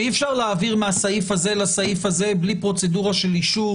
שאי אפשר להעביר מהסעיף זה לזה בלי פרוצדורה של אישור